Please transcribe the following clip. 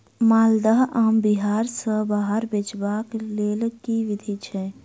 माल्दह आम बिहार सऽ बाहर बेचबाक केँ लेल केँ विधि छैय?